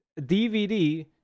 DVD